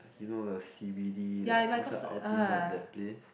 you know the c_b_d the outside ultimate that place